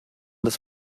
des